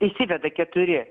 įsiveda keturi